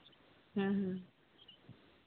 ᱦᱮᱸ ᱦᱮᱸ